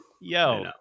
Yo